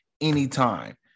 anytime